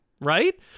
Right